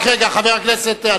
רק רגע, חבר הכנסת.